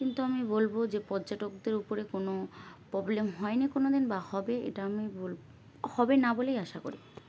কিন্তু আমি বলবো যে পর্যটকদের উপরে কোনো প্রবলেম হয়নি কোনো দিন বা হবে এটা আমি বল হবে না বলেই আশা করি